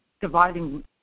dividing